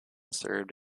served